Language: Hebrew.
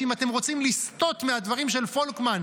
אם אתם רוצים לסטות מהדברים של פולקמן,